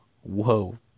whoa